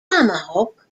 tomahawk